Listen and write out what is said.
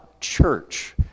church